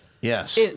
Yes